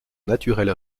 naturel